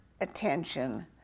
attention